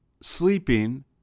sleeping